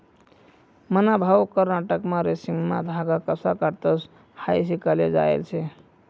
मन्हा भाऊ कर्नाटकमा रेशीमना धागा कशा काढतंस हायी शिकाले जायेल शे